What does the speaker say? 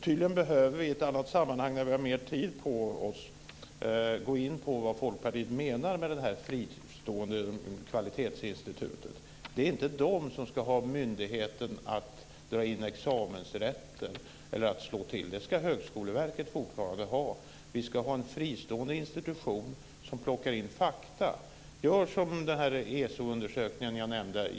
Vi behöver tydligen i ett annat sammanhang, när vi har mer tid på oss, gå in på vad Folkpartiet menar med det fristående kvalitetsinstitutet. Det är inte det som ska ha behörighet att slå till eller att dra in examensrätten. Det ska Högskoleverket fortfarande ha. Vi ska ha en fristående institution som plockar in fakta. Gör så som i den ESO-undersökning som jag nämnde!